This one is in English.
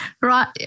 Right